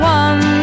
one